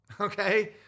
Okay